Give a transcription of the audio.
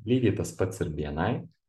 lygiai tas pats ir bni